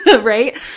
right